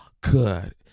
good